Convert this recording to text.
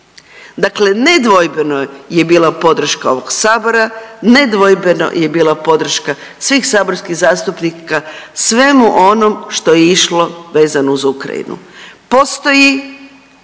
Dakle nedvojbeno je bila podrška ovog Sabora, nedvojbeno je bila podrška svih saborskih zastupnika, svemu onom što je išlo vezano uz Ukrajinu. Postoji